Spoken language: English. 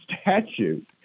statute